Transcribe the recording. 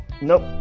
Nope